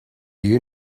you